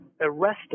arrested